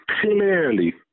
clearly